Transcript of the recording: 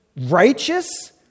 righteous